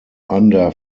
under